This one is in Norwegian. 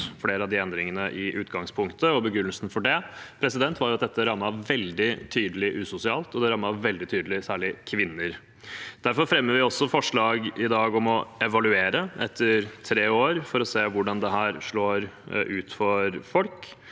flere av de endringene i utgangspunktet. Begrunnelsen for det var at dette rammet veldig tydelig usosialt, og det rammet veldig tydelig særlig kvinner. Derfor fremmer vi et forslag i dag om å evaluere etter tre år for å se hvordan dette slår ut for folk.